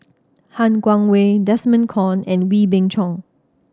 Han Guangwei Desmond Kon and Wee Beng Chong